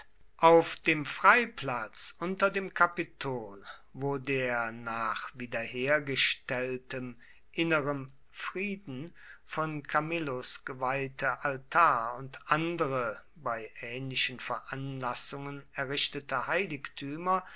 auf dem freiplatz unter dem kapitol wo der nach wiederhergestelltem innerem frieden von camillus geweihte altar und andere bei ähnlichen veranlassungen errichtete heiligtümer